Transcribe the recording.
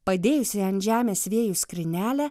padėjusi ant žemės vėjų skrynelę